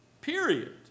period